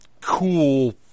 cool